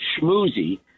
schmoozy